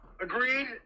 Agreed